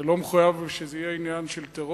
זה לא מחויב להיות עניין של טרור.